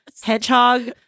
hedgehog